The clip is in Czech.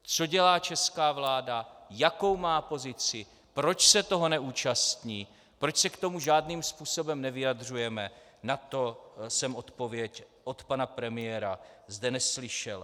Co dělá česká vláda, jakou má pozici, proč se toho neúčastí, proč se k tomu žádným způsobem nevyjadřujeme, na to jsem odpověď od pana premiéra zde neslyšel.